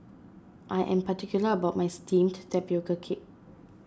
I am particular about my Steamed Tapioca Cake